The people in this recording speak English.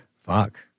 Fuck